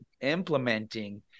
implementing